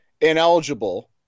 ineligible